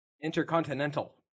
Intercontinental